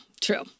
true